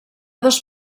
dos